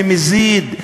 במזיד,